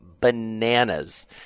bananas